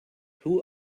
who